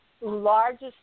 largest